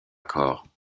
corps